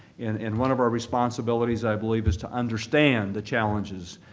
and and one of our responsibilities, i believe, is to understand the challenges,